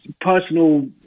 personal